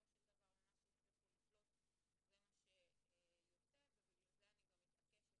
בסופו של דבר ממה שהצליחו לדלות זה מה שיוצא ובגלל זה אני גם מתעקשת.